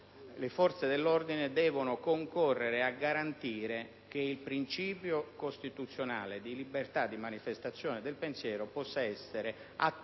le forze dell'ordine devono concorrere a garantire che il principio costituzionale di libertà di manifestazione del pensiero possa essere garantito